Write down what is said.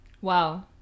Wow